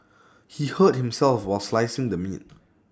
he hurt himself while slicing the meat